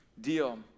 deal